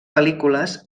pel·lícules